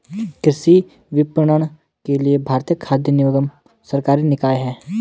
कृषि विपणन के लिए भारतीय खाद्य निगम सरकारी निकाय है